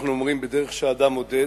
אנחנו אומרים שבדרך שאדם מודד,